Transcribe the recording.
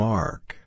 Mark